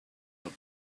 have